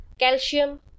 calcium